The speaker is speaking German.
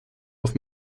auf